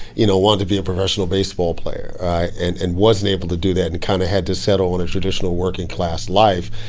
you know, wanted to be a professional baseball player and and wasn't able to do that and kind of had to settle on a traditional working-class life.